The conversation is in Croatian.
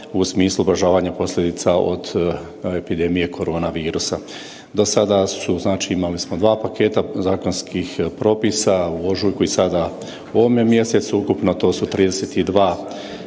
u smislu ublažavanja posljedica od epidemije korona virusa. Do sada smo imali dva paketa zakonskih propisa u ožujuku i sada u ovome mjesecu, ukupno to su 32